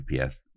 UPS